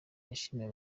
yashimiye